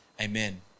Amen